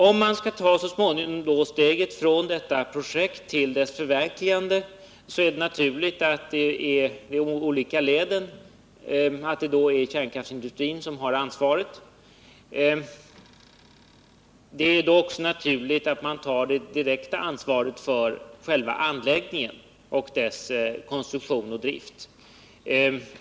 Om man så småningom skall ta steget från projektering till projektets förverkligande i de olika leden är det naturligt att kärnkraftsindustrin har ansvaret. Det är då också naturligt att den tar det direkta ansvaret för själva anläggningen och dess konstruktion och drift.